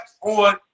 on